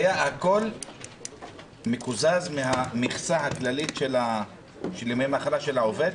הכול מקוזז מהמכסה הכללית של ימי המחלה של העובד?